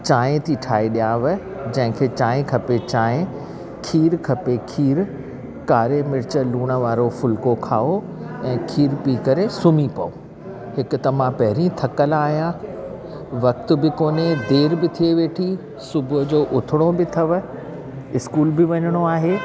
चांहि थी ठाहे ॾेआव जंहिंखे चांहि खपे चाय ख़ीर खपे ख़ीर कारे मिर्च लुणु वारो फुल्को खाओ ऐं ख़ीर पी करे सुम्ही पओ हिकु त मां पहिरीं थकियल आहियां वक़्तु बि कोन्हे देरि बि थी वेठी सुबुहु जो उथिणो बि अथव इस्कूल बि वञिणो आहे